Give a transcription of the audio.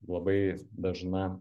labai dažna